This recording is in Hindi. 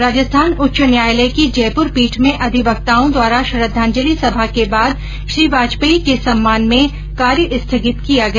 राजस्थान उच्च न्यायालय की जयपुर पीठ में अधिवक्ताओं द्वारा श्रद्वांजलि सभा के बाद श्री वाजपेयी के सम्मान में कार्य स्थगित किया गया